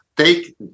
Take